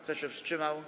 Kto się wstrzymał?